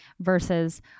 versus